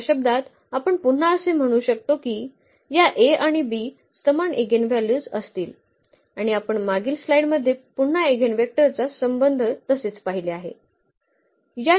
दुसऱ्या शब्दांत आपण पुन्हा असे म्हणू शकतो की या A आणि B समान इगेनव्हल्यूज असतील आणि आपण मागील स्लाइडमध्ये पुन्हा इगेनव्हेक्टरचा संबंध तसेच पाहिले आहे